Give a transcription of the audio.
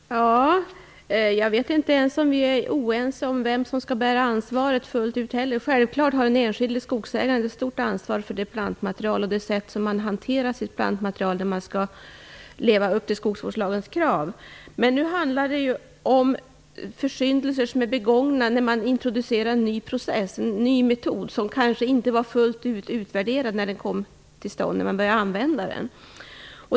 Herr talman! Jag vet inte om vi är oense om vem det är som skall bära ansvaret fullt ut. Självklart har den enskilde skogsägaren ett stort ansvar för plantmaterialet och för det sätt på vilket plantmaterialet hanteras. Man skall ju leva upp till skogsvårdslagens krav. Nu handlar det emellertid om försyndelser begångna då en ny process/metod introducerades som kanske inte var värderad fullt ut när den kom till stånd och började användas.